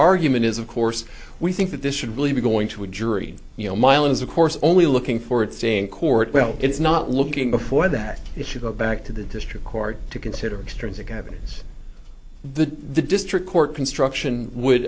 argument is of course we think that this should really be going to a jury you know mylan is of course only looking forward to seeing court well it's not looking before that it should go back to the district court to consider extrinsic evidence the the district court construction would